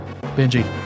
Benji